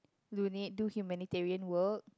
donate do humanitarian work